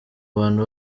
abantu